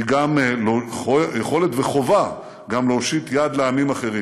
היא יכולת וחובה גם להושיט יד לעמים אחרים.